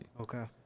Okay